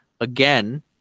again